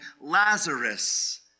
Lazarus